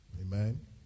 Amen